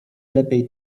lepiej